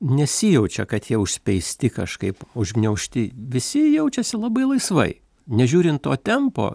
nesijaučia kad jie užspeisti kažkaip užgniaužti visi jaučiasi labai laisvai nežiūrint to tempo